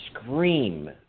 scream